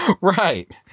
Right